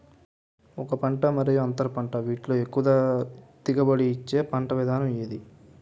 ఒక పంట మరియు అంతర పంట వీటిలో ఎక్కువ దిగుబడి ఇచ్చే పంట విధానం ఏంటి?